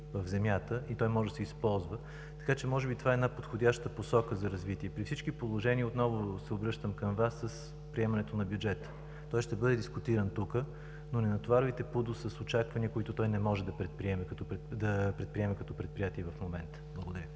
в земята и може да се използва. Може би това е една подходяща посока за развитие. При всички положения отново се обръщам към Вас: с приемането на бюджета, той ще бъде дискутиран тук, но не натоварвайте ПУДООС с очаквания, които той не може да предприеме като предприятие в момента. Благодаря.